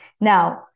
Now